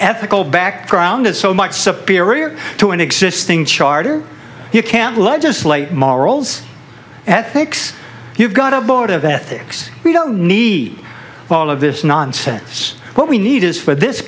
ethical background is so much to an existing charter you can't legislate morals ethics you've got a board of ethics we don't need all of this nonsense what we need is for this